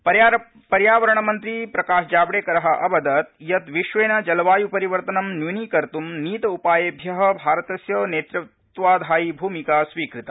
जावडक्कर पर्यावरणमन्त्री प्रकाशजावडेकरः अवदत् यत् विश्वेन जलवायुपरिवर्तनं न्यूनी कतुँ नीत उपायेभ्यः भारतस्य नेतृत्वाधायि भूमिका स्वीकृता